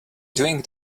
doing